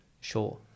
Sure